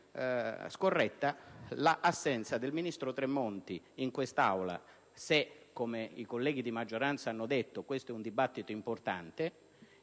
scorretta l'assenza del ministro Tremonti in quest'Aula se, come i colleghi di maggioranza hanno detto, questo dibattito è importante,